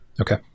Okay